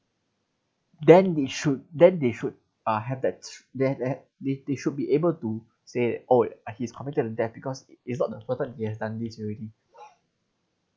then they should then they should uh have that that that they should be able to say oh he's committed to death because it's not the first time he has done this already